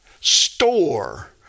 store